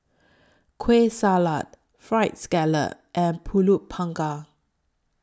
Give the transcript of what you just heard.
Kueh Salat Fried Scallop and Pulut Panggang